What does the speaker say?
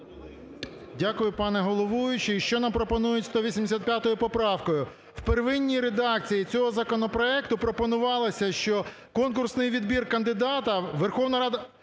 Дякую, пане головуючий. Що нам пропонує 185 поправкою? В первинні редакції цього законопроекту пропонувалося, що конкурсний відбір кандидата Верховна Рада…